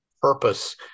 purpose